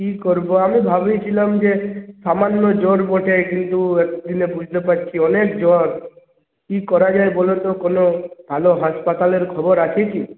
কী করবো আমি ভাবতেছিলাম যে সামান্য জ্বর বটে কিন্তু এতো দিনে বুঝতে পারছি অনেক জ্বর কী করা যায় বলো তো কোনো ভালো হাসপাতালের খবর আছে কি